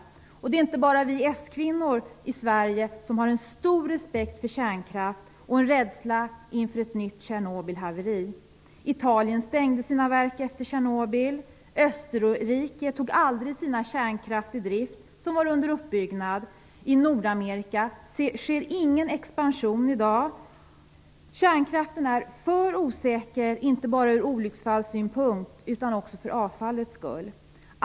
Det är inte bara vi s-kvinnor i Sverige som har stor respekt för kärnkraftverk och en rädsla för ett nytt Tjernobylhaveri. Italien stängde sina verk efter Tjernobyl. Österrike tog aldrig sina under uppbyggnad varande kärnkraftverk i drift. I Nordamerika sker ingen expansion i dag. Kärnkraften är för osäker inte bara ur olycksfallssynpunkt utan också för avfallets skull.